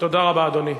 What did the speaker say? תודה רבה, אדוני.